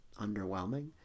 underwhelming